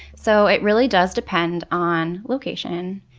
so it really does depend on location.